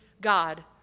God